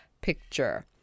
picture